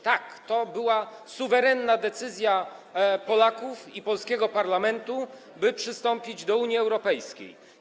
Tak, to była suwerenna decyzja Polaków i polskiego parlamentu, by przystąpić do Unii Europejskiej.